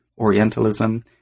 Orientalism